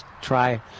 try